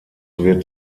wird